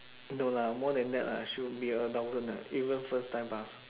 no lah more than that lah should be a thousand leh even first time pass